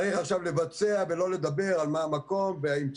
עכשיו צריך לבצע ולא לדבר על המיקום והאם צריך.